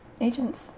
Agents